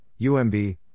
UMB